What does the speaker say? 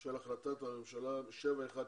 של החלטת ממשלה 716,